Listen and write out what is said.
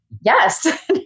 yes